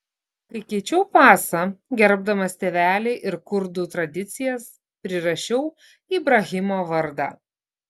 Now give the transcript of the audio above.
kai keičiau pasą gerbdamas tėvelį ir kurdų tradicijas prirašiau ibrahimo vardą